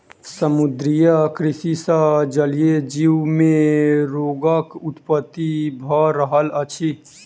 समुद्रीय कृषि सॅ जलीय जीव मे रोगक उत्पत्ति भ रहल अछि